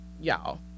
y'all